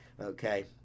Okay